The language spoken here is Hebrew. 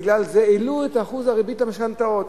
זה העלו את אחוז הריבית על משכנתאות.